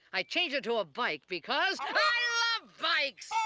i changed it to a bike because i love bikes!